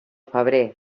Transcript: febrer